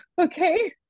okay